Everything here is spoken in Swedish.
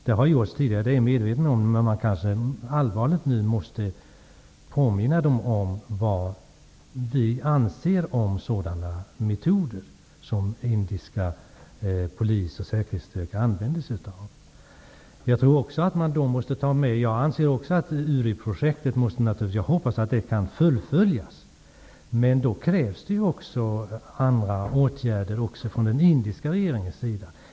Jag är medveten om att det har gjorts tidigare, men man måste kanske nu allvarligt påminna den om vad vi anser om sådana metoder som polis och säkerhetsstyrkor i Indien använder. Också jag hoppas naturligtvis att Uriprojektet kan fullföljas, men för detta krävs andra åtgärder från den indiska regeringens sida.